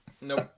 Nope